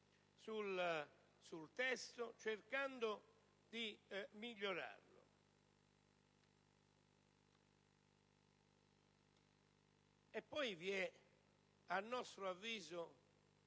sul testo, cercando di migliorarlo. Vi è poi, a nostro avviso,